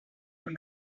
will